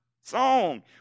song